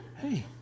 Hey